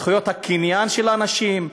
זכויות הקניין של האנשים,